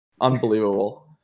unbelievable